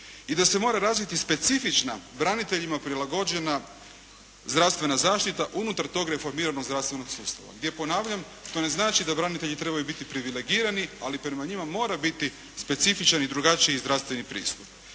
i da se mora razviti specifična, braniteljima prilagođena zdravstvena zaštita unutar tog reformiranog zdravstvenog sustava gdje, ponavljam, to ne znači da branitelji trebaju biti privilegirani, ali prema njima mora biti specifičan i drugačiji zdravstveni pristup.